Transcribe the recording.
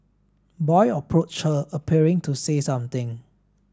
boy approached her appearing to say something